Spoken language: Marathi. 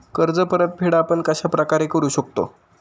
कर्ज परतफेड आपण कश्या प्रकारे करु शकतो?